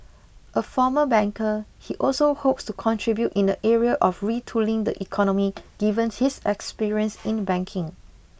a former banker he also hopes to contribute in the area of retooling the economy given his experience in banking